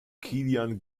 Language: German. kilian